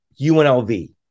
UNLV